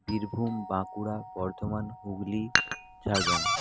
Birbhum Bankura Bardhaman Hooghly Jhargram